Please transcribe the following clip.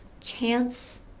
chance